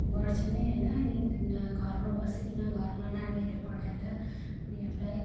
गर्छनै हैन अनि घरमा बसिकिन घरमा नानीहरू पढाएर उनीहरूलाई